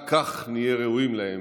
רק כך נהיה ראויים להם.